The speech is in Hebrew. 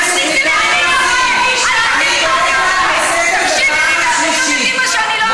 תקשיבי לי ואל תגידי מה שאני לא אומרת.